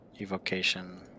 Evocation